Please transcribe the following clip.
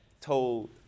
told